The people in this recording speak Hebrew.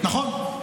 נכון.